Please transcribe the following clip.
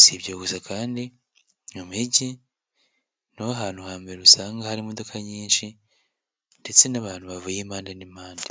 ,si ibyo gusa kandi mu mijyi niho hantu hambere usanga hari imodoka nyinshi ndetse n'abantu bavuye impande n'impande.